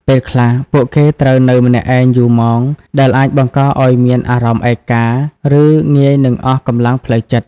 ពេលខ្លះ ពួកគេត្រូវនៅម្នាក់ឯងយូរម៉ោង ដែលអាចបង្កឲ្យមានអារម្មណ៍ឯកា ឬងាយនឹងអស់កម្លាំងផ្លូវចិត្ត។